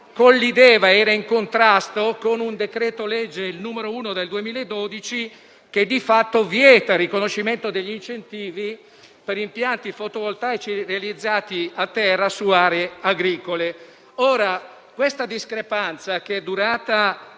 FER1 era in contrasto con il decreto-legge n. 1 del 2012, che di fatto vieta il riconoscimento degli incentivi per impianti fotovoltaici realizzati a terra su aree agricole. Questa discrepanza, che nel